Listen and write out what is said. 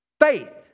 Faith